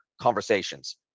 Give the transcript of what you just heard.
conversations